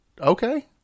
Okay